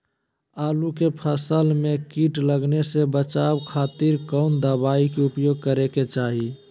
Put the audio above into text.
आलू के फसल में कीट लगने से बचावे खातिर कौन दवाई के उपयोग करे के चाही?